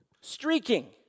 streaking